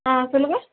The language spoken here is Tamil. ஆ சொல்லுங்கள்